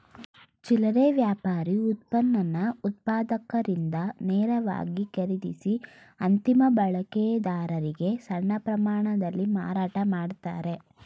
ಚಿಲ್ಲರೆ ವ್ಯಾಪಾರಿ ಉತ್ಪನ್ನನ ಉತ್ಪಾದಕರಿಂದ ನೇರವಾಗಿ ಖರೀದಿಸಿ ಅಂತಿಮ ಬಳಕೆದಾರರಿಗೆ ಸಣ್ಣ ಪ್ರಮಾಣದಲ್ಲಿ ಮಾರಾಟ ಮಾಡ್ತಾರೆ